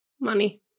money